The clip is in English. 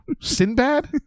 Sinbad